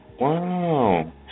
Wow